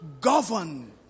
Govern